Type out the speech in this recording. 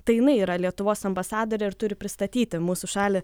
tai jinai yra lietuvos ambasadorė ir turi pristatyti mūsų šalį